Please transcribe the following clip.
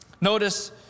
Notice